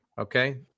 Okay